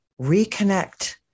reconnect